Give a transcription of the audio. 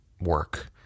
work